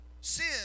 Sin